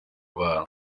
abana